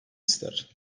ister